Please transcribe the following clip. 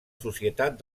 societat